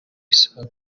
isaha